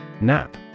Nap